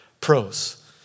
pros